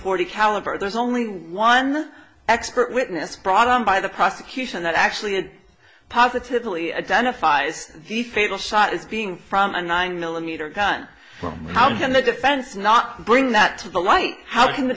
forty caliber there's only one expert witness brought on by the prosecution that actually positively identified as the fatal shot as being from a nine millimeter gun well how can the defense not bring that to the light how can the